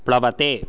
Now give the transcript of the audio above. प्लवते